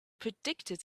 predicted